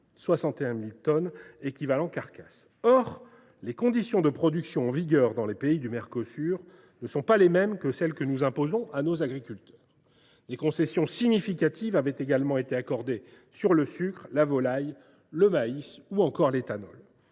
61 000 TEC. Or les conditions de production en vigueur dans les pays du Mercosur ne sont pas les mêmes que celles que nous imposons à nos agriculteurs. Des concessions significatives avaient également été accordées sur le sucre, la volaille, le maïs ou encore l’éthanol.